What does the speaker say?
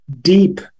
deep